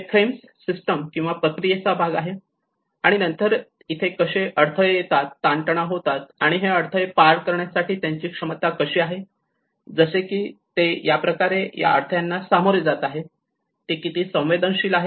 या frames system किंवा प्रक्रियेचा भाग आहे आणि नंतर इथे कसे अडथळे येतात ताणतणाव होतात आणि हे अडथळे पार पाडण्यासाठी त्यांची क्षमता कशी आहे जसे की ते कशाप्रकारे या अडथळ्यांना सामोरे जात आहेत ते किती संवेदनशील आहेत